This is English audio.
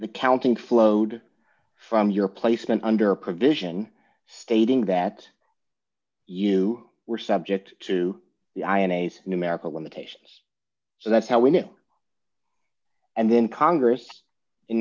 the counting flowed from your placement under a provision stating that you were subject to the ins numerical limitations so that's how we knew and then congress in